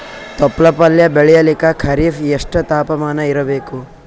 ತೊಪ್ಲ ಪಲ್ಯ ಬೆಳೆಯಲಿಕ ಖರೀಫ್ ಎಷ್ಟ ತಾಪಮಾನ ಇರಬೇಕು?